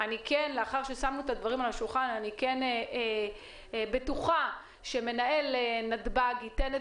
לאחר ששמנו את הדברים על השולחן אני בטוחה שמנהל נתב"ג ייתן את